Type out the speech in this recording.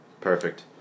perfect